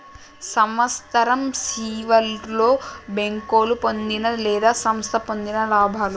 సంవత్సరం సివర్లో బేంకోలు పొందిన లేదా సంస్థ పొందిన లాభాలు